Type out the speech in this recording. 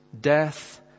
death